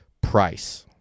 price